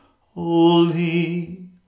Holy